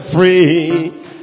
free